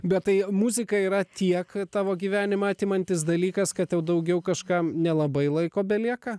bet tai muzika yra tiek tavo gyvenimą atimantis dalykas kad tau daugiau kažkam nelabai laiko belieka